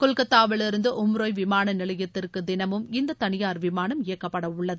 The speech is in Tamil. கொல்கத்தாவிலிருந்து உம்ரோய் விமான நிலையத்திற்கு தினமும் இந்த தனியார் விமானம் இயக்கப்படவுள்ளது